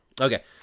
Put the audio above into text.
Okay